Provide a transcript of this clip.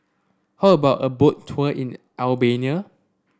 how about a Boat Tour in Albania